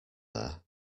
there